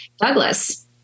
Douglas